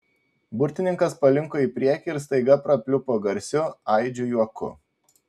burtininkas palinko į priekį ir staiga prapliupo garsiu aidžiu juoku